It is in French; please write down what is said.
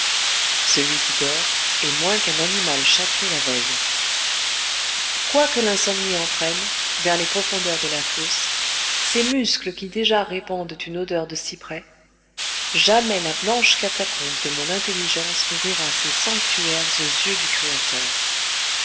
celui qui dort est moins qu'un animal châtré la veille quoique l'insomnie entraîne vers les profondeurs de la fosse ces muscles qui déjà répandent une odeur de cyprès jamais la blanche catacombe de mon intelligence n'ouvrira ses sanctuaires aux yeux du créateur